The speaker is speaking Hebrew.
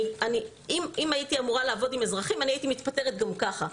אם הייתי אמורה לעבוד עם אזרחים הייתי מתפטרת גם ככה,